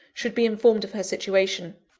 should be informed of her situation.